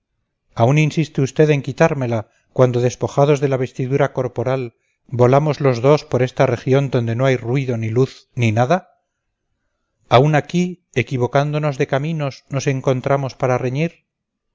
aún insiste usted en quitármela cuando despojados de la vestidura corporal volamos los dos por esta región donde no hay ruido ni luz ni nada aún aquí equivocándonos de caminos nos encontramos para reñir